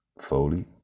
Foley